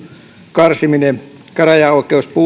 karsiminen käräjäoikeus